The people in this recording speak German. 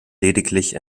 lediglich